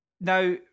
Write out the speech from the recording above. Now